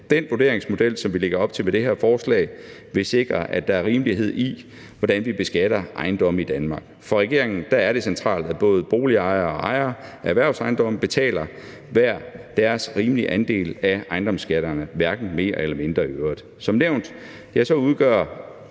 Den vurderingsmodel, som vi lægger op til med det her forslag, vil sikre, at der er rimelighed i, hvordan vi beskatter ejendomme i Danmark. For regeringen er det centralt, at både boligejere og ejere af erhvervsejendomme betaler hver deres rimelige andel af ejendomsskatterne – hverken mere eller mindre i øvrigt. Som nævnt udgør